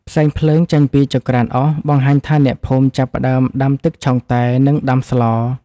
ផ្សែងភ្លើងចេញពីចង្ក្រានអុស បង្ហាញថាអ្នកភូមិចាប់ផ្តើមដាំទឹកឆុងតែ និងដាំស្ល។